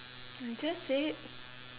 I just said it